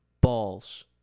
Balls